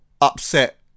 upset